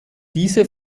diese